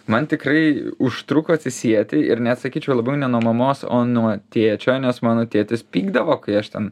man tikrai užtruko atsisieti ir net sakyčiau labiau ne nuo mamos o nuo tėčio nes mano tėtis pykdavo kai aš ten